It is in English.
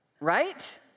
Right